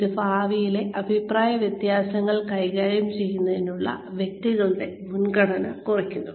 ഇത് ഭാവിയിലെ അഭിപ്രായവ്യത്യാസങ്ങൾ കൈകാര്യം ചെയ്യുന്നതിനുള്ള വ്യക്തികളുടെ മുൻഗണന കുറയ്ക്കുന്നു